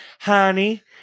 Honey